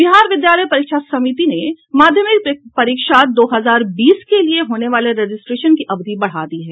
बिहार विद्यालय परीक्षा समिति ने माध्यमिक परीक्षा दो हजार बीस के लिये होने वाले रजिस्ट्रेशन की अवधि बढ़ा दी है